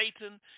Satan